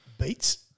Beats